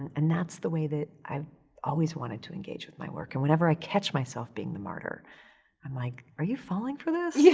and that's the way that i've always wanted to engage with my work. and whenever i catch myself being the martyr i'm like, are you falling for this? yeah